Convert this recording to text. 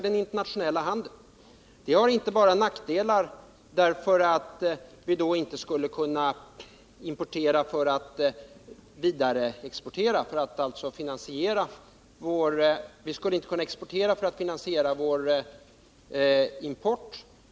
Det har nackdelar inte bara därför att vi då inte skulle kunna exportera för att finansiera vår import.